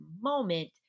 moment